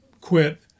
quit